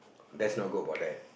that's go about that